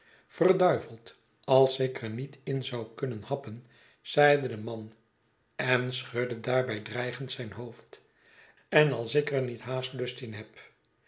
verduiveld als ik er niet in zou kunnen happen zeide de man en schudde daarbij dreigend zijn hoofd en als ik er niet haast lust in heb